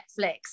Netflix